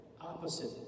opposite